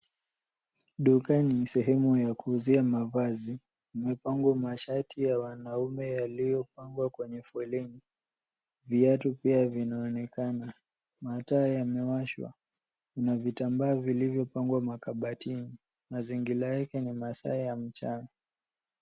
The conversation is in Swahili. Dukani sehemu ya kuuzia mavazi. Yamepangwa mashati ya wanaume yaliyopangwa kwenye foleni. Viatu pia vinaonekana. Mataa yamewashwa na vitambaa vilivyopangwa makabatini. Mazingira yake ni masaa ya mchana.